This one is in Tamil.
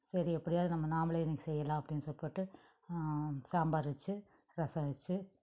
சரி எப்படியாவது நம்ம நாமளே இன்றைக்கி செய்யலாம் அப்படின்னு சொல்லிப்புட்டு சாம்பார் வச்சி ரசம் வச்சி